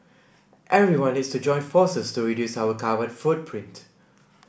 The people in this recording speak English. everyone needs to join forces to reduce our carbon footprint